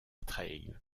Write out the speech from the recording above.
trail